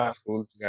schools